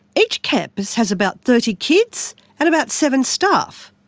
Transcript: each campus has about thirty kids and about seven staff.